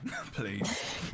please